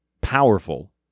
powerful